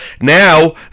now